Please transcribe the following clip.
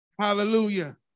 Hallelujah